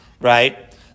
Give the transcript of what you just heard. right